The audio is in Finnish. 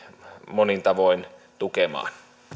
monin tavoin tukemaan